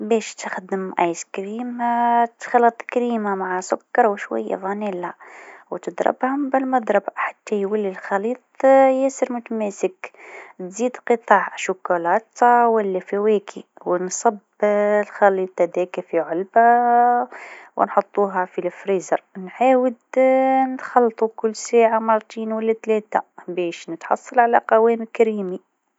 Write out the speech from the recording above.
باش تصنع الآيس كريم في الدار، أول حاجة حضر خليط من اتنين كوب كريمة، واحد كوب حليب، وواحد كوب سكر. تخلطهم مع بعض حتى يدوب السكر. بعدين، تضيف نكهة حسب ذوقك، كيف فانيليا أو شوكولاتة. بعد ما تجهز الخليط، حطه في وعاء وغطّيه، وبعدها حطه في الفريزر لمدة ست ساعات مع تقليبه كل ساعة لحتى يصبح قوامه كريمي.